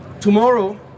Tomorrow